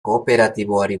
kooperatiboari